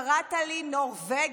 קראת לי נורבגית,